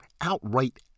outright